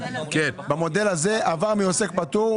במודל הזה עבר מעוסק פטור,